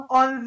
on